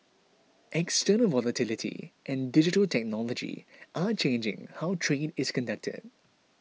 external volatility and digital technology are changing how trade is conducted